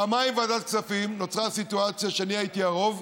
פעמיים בוועדת הכספים נוצרה סיטואציה שאני הייתי הרוב,